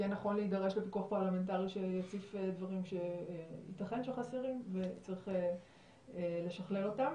נכון להידרש לפיקוח פרלמנטרי שיציף דברים שייתכן שחסרים וצריך לשכלל אותם.